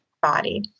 body